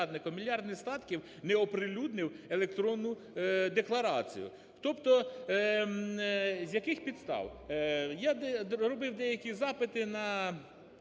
мільярдних статків, не оприлюднив електронну декларацію, тобто з яких підстав. Я робив деякі запити на